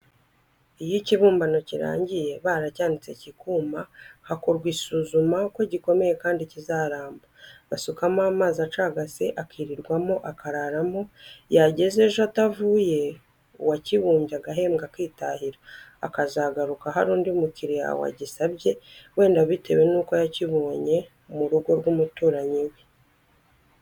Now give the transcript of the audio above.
Iyo ikibumbano kirangiye, baracyanitse kikuma, hakorwa isuzuma ko gikomeye kandi kizaramba; basukamo amazi acagase, akirirwamo, akararamo, yageza ejo atavuye, uwakibumbye agahembwa akitahira; akazagaruka hari undi mukiriya wagisabye wenda bitewe n'uko yakibonye mu rugo rw'umuturanyi we